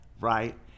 Right